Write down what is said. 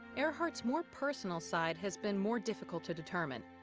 earhart's more personal side has been more difficult to determine.